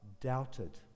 doubted